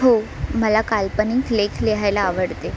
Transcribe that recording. हो मला काल्पनिक लेख लिहायला आवडते